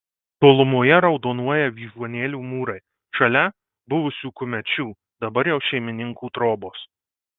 tolumoje raudonuoja vyžuonėlių mūrai šalia buvusių kumečių dabar jau šeimininkų trobos